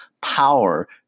power